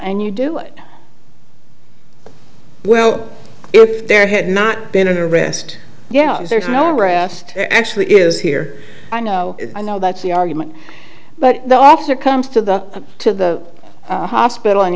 and you do it well if there had not been an arrest yeah there is no arrest actually is here i know i know that's the argument but the officer comes to the to the hospital and